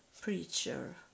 preacher